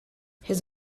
his